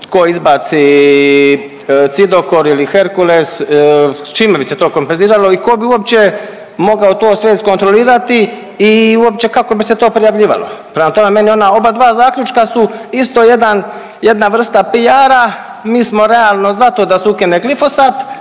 tko izbaci Cidokor ili Herkules, s čime bi se to kompenziralo i tko bi uopće mogao to sve izkontrolirati i uopće, kako bi se to prijavljivalo? Prema tome, meni ona obadva zaključka su isto jedan, jedna vrsta PR-a, mi smo realno za to da se ukine glifosat,